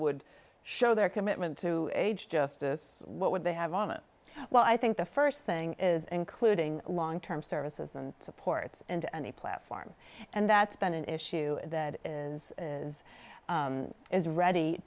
would show their commitment to age justice what would they have well i think the st thing is including long term services and supports into any platform and that's been an issue that is is is ready